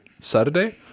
Saturday